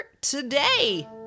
today